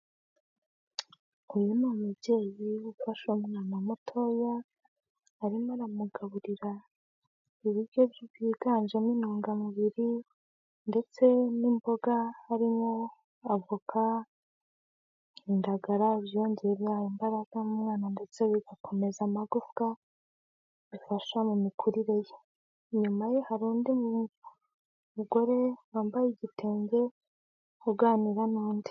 Uyu ni umubyeyi ufashe umwana mutoya, arimo aramugaburira ibiryo byiganjemo intungamubiri ndetse n'imboga harimo: avoka, indagara, ibyongerera imbaraga mwana ndetse bigakomeza amagufwa bifasha mu mikurire ye, inyuma ye hari undi mugore wambaye igitenge aganira n'undi.